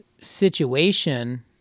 situation